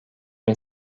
bin